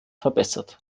verbessert